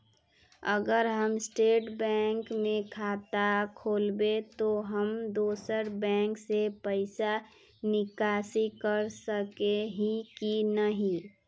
अगर हम State Bank में खाता खोलबे तो हम दोसर बैंक से पैसा निकासी कर सके ही की नहीं?